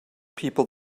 people